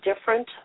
different